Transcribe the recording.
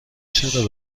چرا